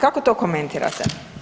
Kako to komentirate.